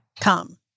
come